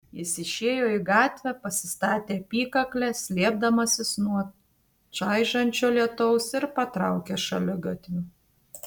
jis išėjo į gatvę pasistatė apykaklę slėpdamasis nuo čaižančio lietaus ir patraukė šaligatviu